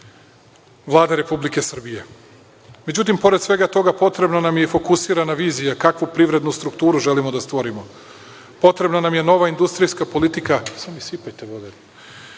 Vlade Republike Srbije.Međutim, pored svega toga potrebna nam je i fokusirana vizija kakvu privrednu strukturu želimo da stvorimo. Potrebna nam je nova industrijska politika koja će